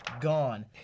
gone